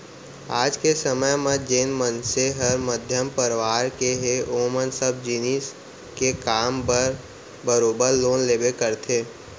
आज के समे म जेन मनसे हर मध्यम परवार के हे ओमन सब जिनिस के काम बर बरोबर लोन लेबे करथे